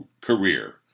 career